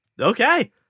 okay